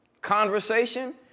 conversation